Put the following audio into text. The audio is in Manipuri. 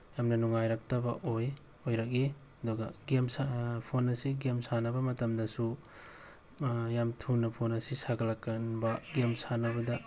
ꯌꯥꯝꯅ ꯅꯨꯡꯉꯥꯏꯔꯛꯇꯕ ꯑꯣꯏ ꯑꯣꯏꯔꯛꯏ ꯑꯗꯨꯒ ꯒꯦꯝ ꯐꯣꯟ ꯑꯁꯤ ꯒꯦꯝ ꯁꯥꯟꯅꯕ ꯃꯇꯝꯗꯁꯨ ꯌꯥꯝ ꯊꯨꯅ ꯐꯣꯟ ꯑꯁꯤ ꯁꯥꯒꯠꯂꯛꯀꯟꯕ ꯒꯦꯝ ꯁꯥꯟꯅꯕꯗ